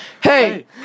Hey